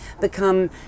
become